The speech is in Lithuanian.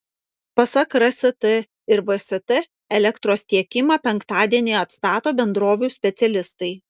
pasak rst ir vst elektros tiekimą penktadienį atstato bendrovių specialistai